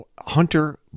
Hunter